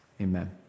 amen